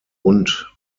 und